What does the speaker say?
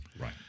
Right